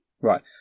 right